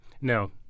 No